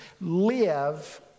live